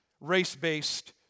race-based